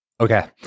Okay